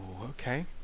okay